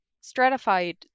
stratified